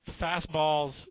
fastballs